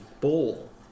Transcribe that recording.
bowl